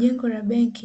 Jengo la "Bank